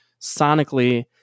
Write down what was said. sonically